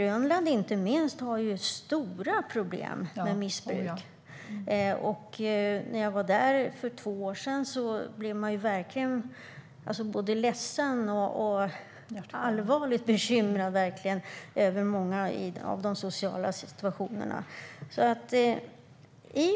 Inte minst Grönland har ju stora problem med missbruk; när jag var där för två år sedan blev jag verkligen både ledsen och allvarligt bekymrad över många av de sociala situationerna.